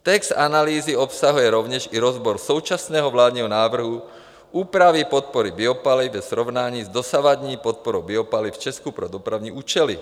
Text analýzy obsahuje rovněž i rozbor současného vládního návrhu úpravy podpory biopaliv ve srovnání s dosavadní podporou biopaliv v Česku pro dopravní účely.